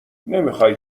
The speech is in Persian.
نمیخای